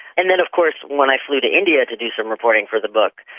and then of course when i flew to india to do some reporting for the book,